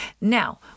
Now